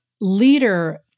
leader